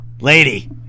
lady